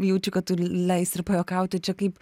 jaučiu kad tu leisi ir pajuokauti čia kaip